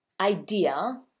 idea